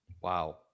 Wow